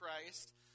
Christ